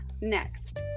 next